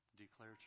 declare